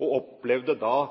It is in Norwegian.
og opplevde da